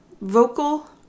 vocal